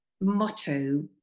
motto